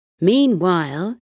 Meanwhile